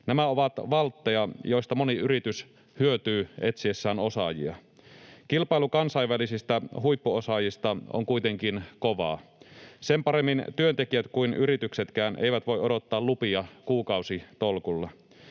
Nämä ovat valtteja, joista moni yritys hyötyy etsiessään osaajia. Kilpailu kansainvälisistä huippuosaajista on kuitenkin kovaa. Sen paremmin työntekijät kuin yrityksetkään eivät voi odottaa lupia kuukausitolkulla.